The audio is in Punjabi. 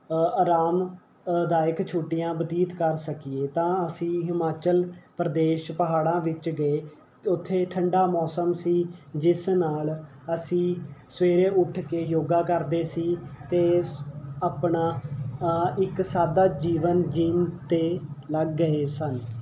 ਆਰਾਮਦਾਇਕ ਛੁੱਟੀਆਂ ਬਤੀਤ ਕਰ ਸਕੀਏ ਤਾਂ ਅਸੀਂ ਹਿਮਾਚਲ ਪ੍ਰਦੇਸ਼ ਪਹਾੜਾਂ ਵਿੱਚ ਗਏ ਉੱਥੇ ਠੰਡਾ ਮੌਸਮ ਸੀ ਜਿਸ ਨਾਲ ਅਸੀਂ ਸਵੇਰੇ ਉੱਠ ਕੇ ਯੋਗਾ ਕਰਦੇ ਸੀ ਅਤੇ ਆਪਣਾ ਇੱਕ ਸਾਦਾ ਜੀਵਨ ਜਿਉਣ 'ਤੇ ਲੱਗ ਗਏ ਸਨ